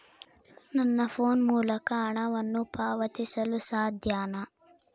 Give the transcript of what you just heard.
ನನ್ನ ಫೋನ್ ಮೂಲಕ ಹಣವನ್ನು ಪಾವತಿಸಲು ಸಾಧ್ಯನಾ?